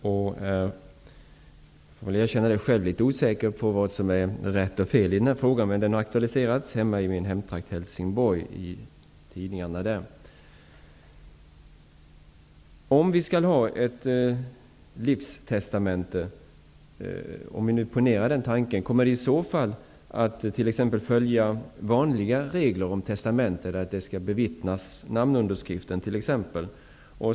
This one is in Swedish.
Jag skall erkänna att jag själv är litet osäker på vad som är rätt och fel i den här frågan, som har aktualiserats i tidningarna i min hemtrakt Om vi skall ha ett system med livstestamenten, kommer vi i så fall att följa de vanliga reglerna för testamenten, t.ex. att namnunderskriften skall bevittnas?